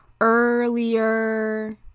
earlier